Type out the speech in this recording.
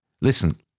Listen